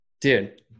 Dude